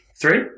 three